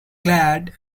glad